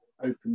open